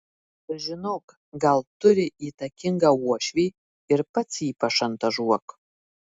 sužinok gal turi įtakingą uošvį ir pats jį pašantažuok